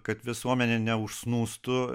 kad visuomenė neužsnūstų